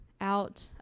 out